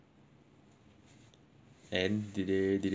then did they did they get back to you